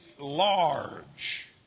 large